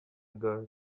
girl